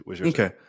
okay